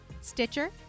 Stitcher